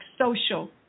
social